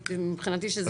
מבחינתי שזה שליחה של.